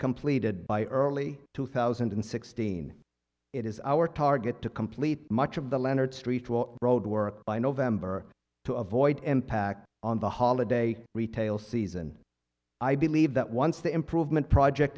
completed by early two thousand and sixteen it is our target to complete much of the leonard street or road work by november to avoid impact on the holiday retail season i believe that once the improvement project